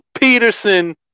Peterson